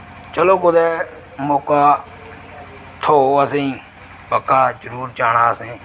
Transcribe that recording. चलो कुतै मौका थ्होग असेंई पक्का जरूर जाना असें